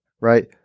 right